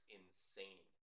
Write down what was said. insane